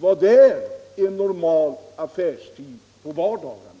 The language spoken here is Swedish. Vad är normal affärstid på vardagarna?